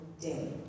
day